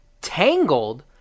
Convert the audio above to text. Tangled